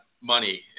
money